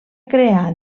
crear